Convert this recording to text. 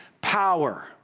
power